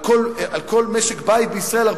על כל משק בית בישראל,